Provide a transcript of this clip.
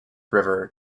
river